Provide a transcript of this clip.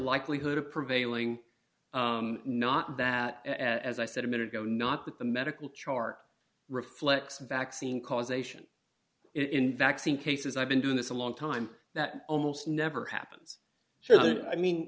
likelihood of prevailing not that as i said a minute ago not that the medical chart reflects vaccine causation in vaccine cases i've been doing this a long time that almost never happens so then i mean